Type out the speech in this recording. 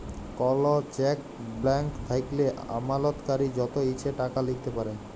call cheque blank থ্যাইকলে আমালতকারী যত ইছে টাকা লিখতে পারে